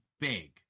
big